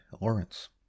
lawrence